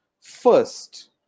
first